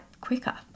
quicker